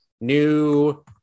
New